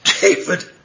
David